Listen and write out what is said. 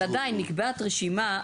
אבל עדיין, נקבעת רשימה.